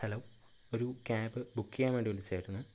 hello ഒരു cab book ചെയ്യാൻ വേണ്ടി വിളിച്ചതായിരുന്നു